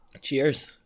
Cheers